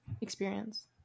experience